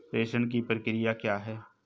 प्रेषण की प्रक्रिया क्या है?